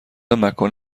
مکان